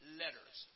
letters